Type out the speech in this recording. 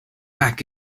back